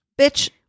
bitch